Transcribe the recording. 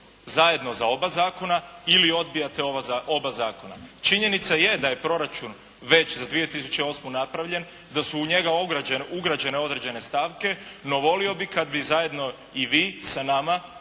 zajedno za oba zakona ili odbijate oba zakona. Činjenica je da je proračun već za 2008. napravljen, da su u njega ugrađene određene stavke. No, volio bih kad bi zajedno i vi sa nama,